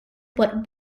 what